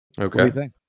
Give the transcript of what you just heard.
Okay